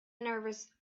nervous